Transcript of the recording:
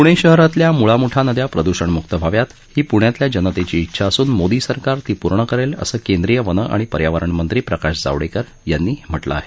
प्णे शहरातल्या म्ळा म्ठा नद्या प्रद्षणम्क्त व्हाव्यात ही प्ण्यातल्या जनतेची इच्छा असून मोदी सरकार ती पूर्ण करेल असं केंद्रीय वन आणि पर्यावरण मंत्री प्रकाश जावडेकर यांनी म्हटलं आहे